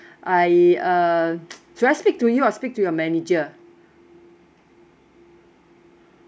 I uh should I speak to you or speak to your manager